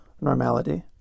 normality